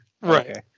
Right